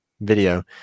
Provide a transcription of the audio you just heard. video